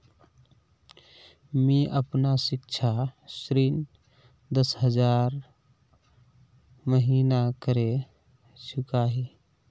मी अपना सिक्षा ऋण दस हज़ार महिना करे चुकाही